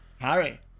Harry